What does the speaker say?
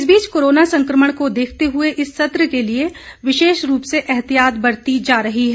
इस बीच कोरोना संक्रमण को देखते हुए इस सत्र के लिए विशेष रूप से एहतियात बरती जा रही है